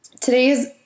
Today's